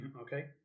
Okay